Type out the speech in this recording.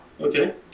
Okay